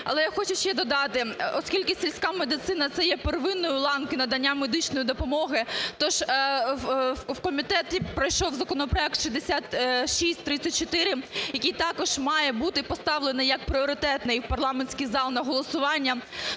Але я хочу ще додати, оскільки сільська медицина - це є первинною ланкою надання медичної допомоги, тож у комітеті пройшов законопроект 6634, який також має бути поставлений як пріоритетний в парламентський зал на голосування,